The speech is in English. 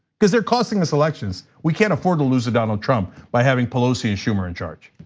cuz they're costing us elections. we can't afford to lose to donald trump by having pelosi and schumer in charge.